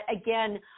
Again